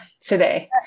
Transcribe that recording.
today